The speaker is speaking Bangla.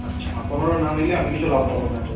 আচ্ছা হ্যাঁ পনেরো না নিলে আমি কিছু লাভ পাবো না এটায়